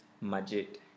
majid